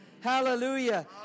Hallelujah